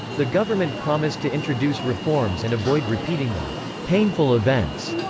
the government promised to introduce reforms and avoid repeating the painful events.